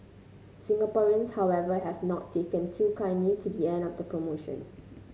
Singaporeans however have not taken too kindly to the end of the promotion